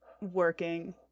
working